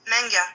manga